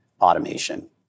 automation